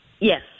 Yes